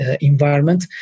environment